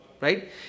Right